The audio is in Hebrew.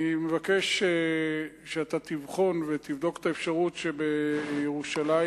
אני מבקש שתבחן ותבדוק את האפשרות שבירושלים,